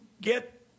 get